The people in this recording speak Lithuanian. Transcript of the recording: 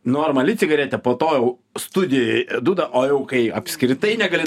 normali cigaretė po to jau studijoj dūda o jau kai apskritai negali